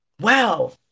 Wow